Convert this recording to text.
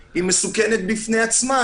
לדוגמה,